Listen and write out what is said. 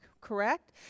correct